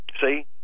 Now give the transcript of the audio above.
See